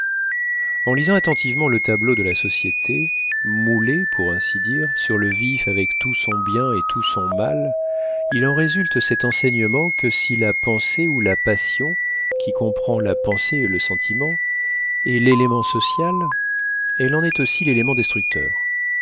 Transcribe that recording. en lisant attentivement le tableau de la société moulée pour ainsi dire sur le vif avec tout son bien et tout son mal il en résulte cet enseignement que si la pensée ou la passion qui comprend la pensée et le sentiment est l'élément social elle en est aussi l'élément destructeur